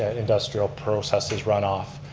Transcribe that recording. and industrial processes run off.